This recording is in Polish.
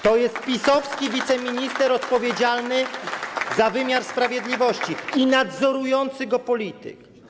To jest PiS-owski wiceminister odpowiedzialny za wymiar sprawiedliwości i nadzorujący go polityk.